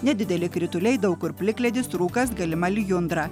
nedideli krituliai daug kur plikledis rūkas galima lijundra